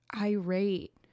irate